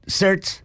search